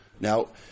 Now